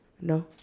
No